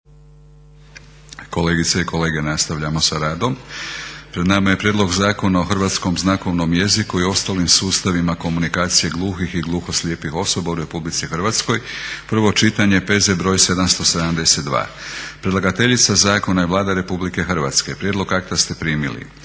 Kolegice i kolege nastavljamo sa radom. Pred nama je: - Prijedlog Zakona o hrvatskom znakovnom jeziku i ostalim sustavima komunikacije gluhih i gluhoslijepih osoba u Republici Hrvatskoj, prvo čitanje, P.Z. br. 772; Predlagateljica zakona je Vlada Republike Hrvatske. Prijedlog akta ste primili.